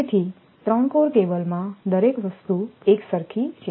તેથી 3 કોર કેબલમાં દરેક વસ્તુ એકસરખી છે